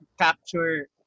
capture